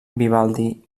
vivaldi